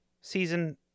season